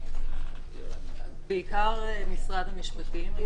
בעיקר משרד המשפטים.